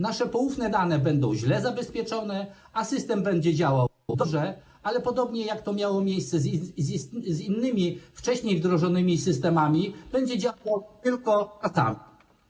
Nasze poufne dane będą źle zabezpieczone, a system będzie działał dobrze, ale podobnie jak to miało miejsce z innymi wcześniej wdrożonymi systemami, będzie działał tylko tam.